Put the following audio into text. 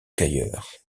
qu’ailleurs